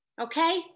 okay